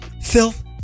filth